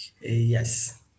yes